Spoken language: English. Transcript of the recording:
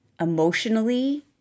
emotionally